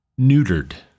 neutered